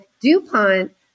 DuPont